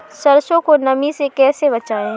सरसो को नमी से कैसे बचाएं?